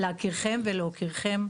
להכירם ולהוקירכם,